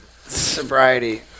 sobriety